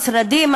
המשרדים,